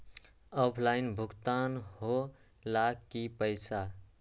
Offline भुगतान हो ला कि पईसा?